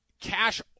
cash